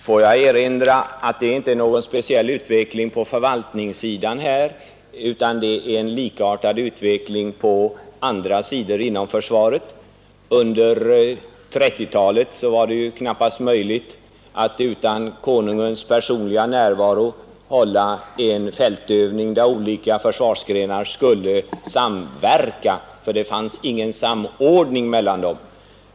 Får jag erinra om att det inte är en utveckling som är speciell för förvaltningssidan, utan det finns en likartad utveckling på andra sidor inom försvaret. Under 1930-talet var det knappast möjligt att utan Konungens personliga närvaro hålla en fältövning där olika försvarsgrenar skulle samverka. Det fanns nämligen ingen samordning mellan dem.